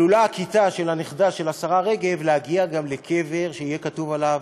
עלולה הכיתה של הנכדה של השרה רגב להגיע גם לקבר שיהיה כתוב עליו: